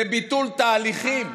זה ביטול תהליכים